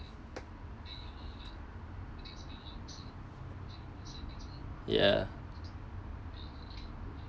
ya